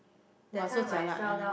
!wah! so jialat ah